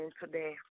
today